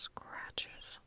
scratches